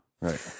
Right